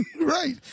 Right